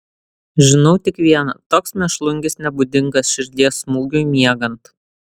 žinau tik viena toks mėšlungis nebūdingas širdies smūgiui miegant